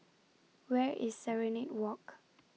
Where IS Serenade Walk